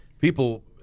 people